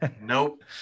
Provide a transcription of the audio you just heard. Nope